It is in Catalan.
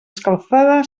escalfada